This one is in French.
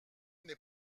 n’est